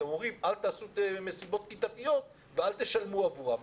אתם אומרים אל תעשו מסיבות כיתתיות ואל תשלמו עבורם.